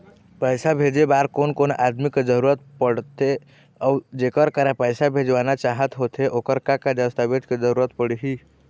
पैसा भेजे बार कोन कोन आदमी के जरूरत पड़ते अऊ जेकर करा पैसा भेजवाना चाहत होथे ओकर का का दस्तावेज के जरूरत पड़ही?